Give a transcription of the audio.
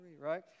right